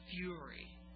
fury